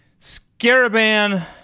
Scaraban